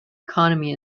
economy